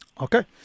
Okay